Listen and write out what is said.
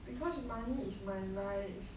because money is my life